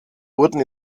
wurden